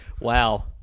wow